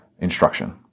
instruction